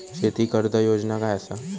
शेती कर्ज योजना काय असा?